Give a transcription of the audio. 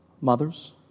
Mothers